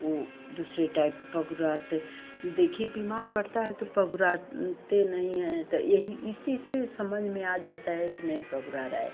उ दूसरे टाइप पगुराते देखिए बीमार पड़ता है तो पगुरा ते नहीं हैं त यही इसी से समझ में आ जाता है की नहीं पगुरा रहा है